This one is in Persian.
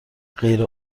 غیر